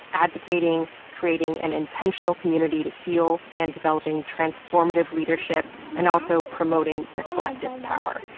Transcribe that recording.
advocating, creating an intentional community to heal, and developing transformative leadership, and also promoting their collective power.